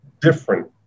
Different